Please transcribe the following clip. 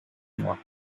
moi